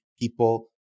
people